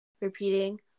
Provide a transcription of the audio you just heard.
repeating